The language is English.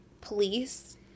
police